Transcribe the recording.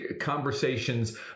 conversations